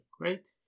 Great